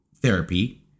therapy